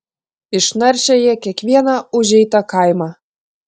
išnaršė jie kiekvieną užeitą kaimą